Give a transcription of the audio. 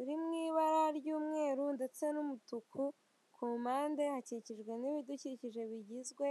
uri mu ibara ry'umweru ndetse n'umutuku, ku mpande hakikijwe n'ibidukikije bigizwe